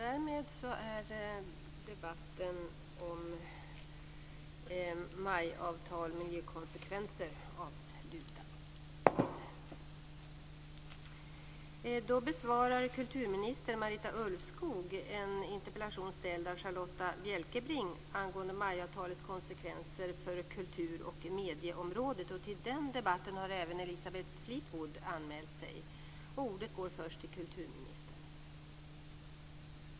Fru talman!